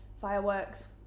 fireworks